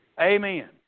Amen